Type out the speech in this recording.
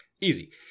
Easy